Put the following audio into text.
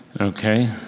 okay